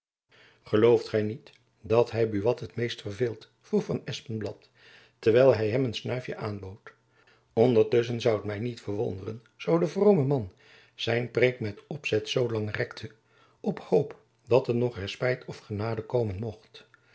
gelooft gy niet dat hy buat het meest verveelt vroeg van espenblad terwijl hy hem een snuifjen aanbood ondertusschen zoû t my niet verwonderen zoo de vrome man zijn preek met opzet zoo lang rekte op hoop dat er nog respijt of genade komen mocht